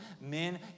Men